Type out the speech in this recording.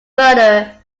murder